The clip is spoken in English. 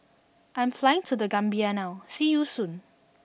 I am flying to The Gambia now see you soon